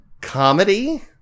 comedy